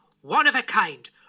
one-of-a-kind